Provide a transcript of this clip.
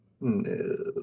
No